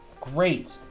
great